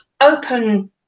open